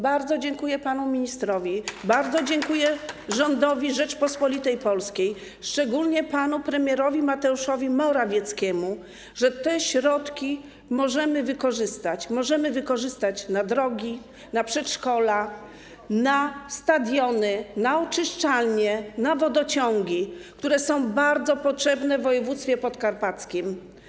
Bardzo dziękuję panu ministrowi, bardzo dziękuję rządowi Rzeczypospolitej Polskiej, szczególnie panu premierowi Mateuszowi Morawieckiemu, że te środki możemy wykorzystać na drogi, na przedszkola, na stadiony, na oczyszczalnie, na wodociągi, które są bardzo potrzebne w województwie podkarpackim.